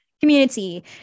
community